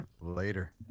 Later